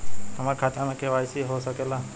हमार खाता में के.वाइ.सी हो सकेला?